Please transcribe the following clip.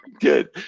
Good